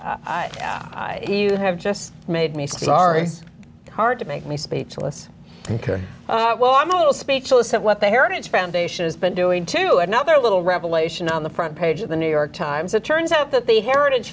you have just made me sorry hard to make me speechless because well i'm a little speechless at what they heritage foundation has been doing to another little revelation on the front page of the new york times it turns out that the heritage